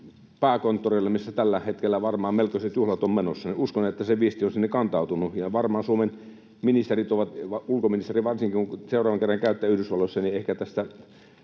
pääkonttorilla, missä tällä hetkellä varmaan melkoiset juhlat ovat menossa. Uskon, että se viesti on sinne kantautunut, ja Suomen ministerit, ulkoministeri varsinkin, kun seuraavan kerran käytte Yhdysvalloissa, ehkä tästä